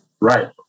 Right